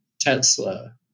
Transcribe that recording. Tesla